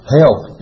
help